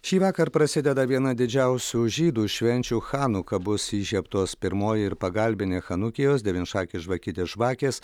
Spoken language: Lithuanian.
šįvakar prasideda viena didžiausių žydų švenčių chanuka bus įžiebtos pirmoji ir pagalbinė chanukijos devynšakės žvakidės žvakės